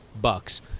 bucks